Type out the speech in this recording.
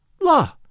La